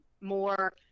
more